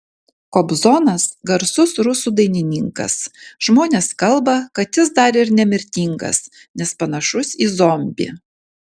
kobzonas garsus rusų dainininkas žmonės kalba kad jis dar ir nemirtingas nes panašus į zombį